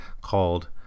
called